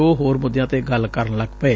ਉਹ ਹੋਰ ਮੁੱਦਿਆਂ ਤੇ ਗੱਲ ਕਰਨ ਲਗ ਪਏ